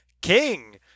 king